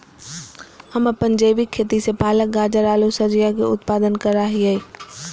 हम अपन जैविक खेती से पालक, गाजर, आलू सजियों के उत्पादन करा हियई